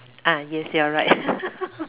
ah yes you're right